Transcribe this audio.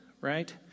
right